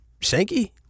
Shanky